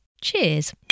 Cheers